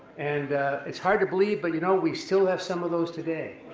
and it's hard to believe, but you know we still have some of those today.